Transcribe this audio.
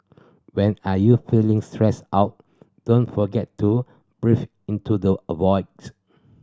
when are you feeling stressed out don't forget to breathe into the avoid